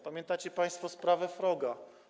Pamiętacie państwo sprawę Froga.